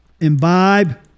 imbibe